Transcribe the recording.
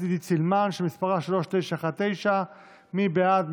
עידית סילמן, שמספרה 3919. מי בעד?